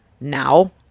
now